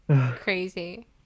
crazy